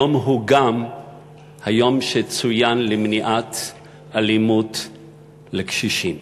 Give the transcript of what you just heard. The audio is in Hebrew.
היום הוא גם היום שצוין למניעת אלימות בקשישים.